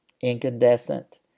incandescent